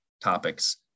topics